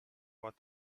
what